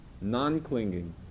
non-clinging